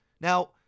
Now